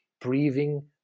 breathing